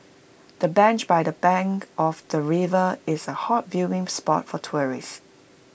the bench by the bank of the river is A hot viewing spot for tourists